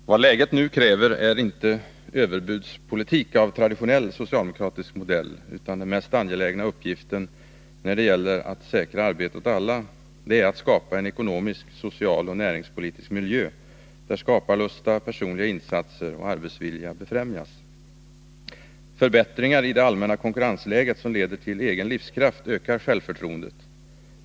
Herr talman! Vad läget nu kräver är inte överbudspolitik av traditionell socialdemokratisk modell — utan den mest angelägna uppgiften när det gäller att säkra ”Arbete åt alla” är att skapa en ekonomisk, social och näringspolitisk miljö, där skaparlusta, personliga insatser och arbetsvilja befrämjas. Förbättringar i det allmänna konkurrensläget som leder till egen livskraft ökar självförtroendet.